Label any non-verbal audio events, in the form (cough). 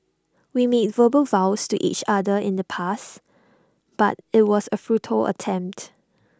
we made verbal vows to each other in the past but IT was A (unintelligible) attempt